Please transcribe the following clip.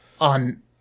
on